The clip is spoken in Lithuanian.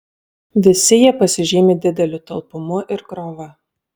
visi jie pasižymi dideliu talpumu ir krova